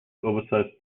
oversized